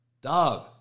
Dog